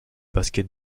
basket